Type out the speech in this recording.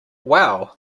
wow